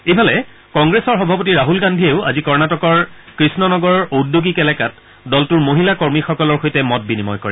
ইফালে কংগ্ৰেছৰ সভাপতি ৰাছল গান্ধীয়েও আজি কৰ্ণটকৰ কৃষ্ণনগৰৰ ঔদ্যোগিক এলেকাত দলটোৰ মহিলা কৰ্মীসকলৰ সৈতে মত বিনিময় কৰে